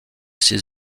ces